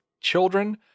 children